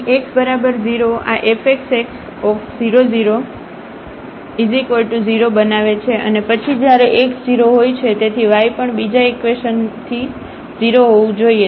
તેથી અહીં x બરાબર 0 આ fxx000 બનાવે છે અને પછી જ્યારે x 0 હોય છે તેથી y પણ બીજા ઇકવેશન થી 0 હોવું જોઈએ